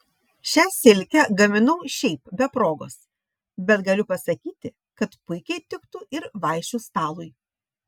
šią silkę gaminau šiaip be progos bet galiu pasakyti kad puikiai tiktų ir vaišių stalui